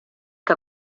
que